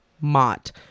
Mott